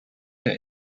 der